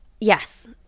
yes